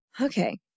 Okay